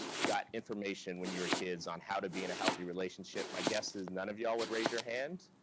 got information when you were kids on how to be in a healthy relationship, my guess is none of y'all would raise your hands,